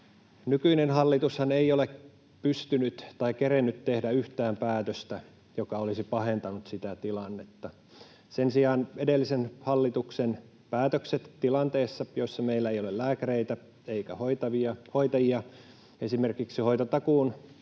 Nykyinen hallitushan ei ole pystynyt tai kerennyt tekemään yhtään päätöstä, joka olisi pahentanut sitä tilannetta. Sen sijaan edellisen hallituksen päätökset tilanteessa, jossa meillä ei ole lääkäreitä eikä hoitajia esimerkiksi hoitotakuun